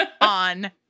on